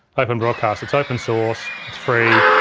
open broadcaster, it's open source, it's free,